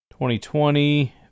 2020